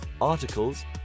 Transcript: articles